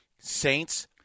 Saints